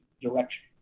direction